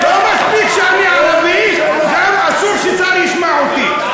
לא מספיק שאני ערבי, גם אסור ששר ישמע אותי.